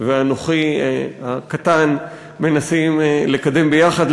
ואנוכי הקטן מנסים לקדם ביחד,